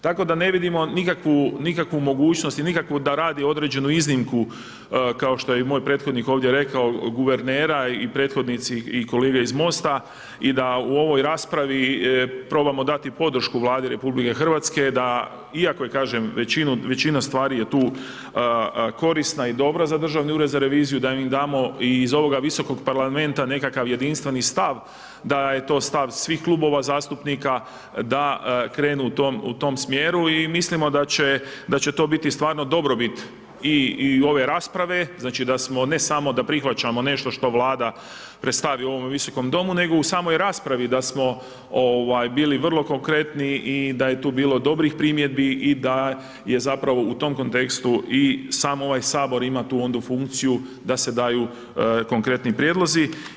Tako da ne vidimo nikakvu mogućnost i nikakvu da radi određenu iznimku, kao što je moj prethodnik ovdje rekao guvernera i prethodnici i kolege iz Mosta i da u ovoj raspravi probamo dati podršku Vladi RH, da iako je kažem, većina stvari je tu korisna i dobra za Državni ured za reviziju, da im dao iz ovog Visokog parlamenta nekakav jedinstveni stav, da je to stav svih klubova zastupnika, da krenu u tom smjeru i mislimo da će to biti stvarno dobrobit i ove rasprave, znači da smo, ne samo da prihvaćamo nešto što vlada predstavi u ovom Visokom domu, nego u samoj raspravi, da smo bili vrlo konkretni i da je tu bilo dobrih primjedbi i da je zapravo u tom kontekstu i sam ovaj Sabor ima tu onda funkciju da se daju konkretni prijedlozi.